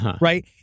right